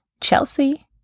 Chelsea